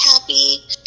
happy